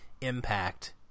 impact